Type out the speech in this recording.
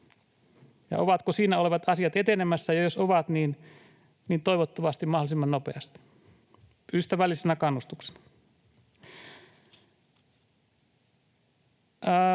ja ovatko siinä olevat asiat etenemässä? Jos ovat, niin toivottavasti mahdollisimman nopeasti — ystävällisenä kannustuksena.